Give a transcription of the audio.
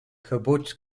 kibbutz